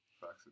Facts